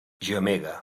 gemega